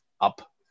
up